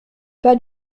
pas